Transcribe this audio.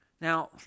Now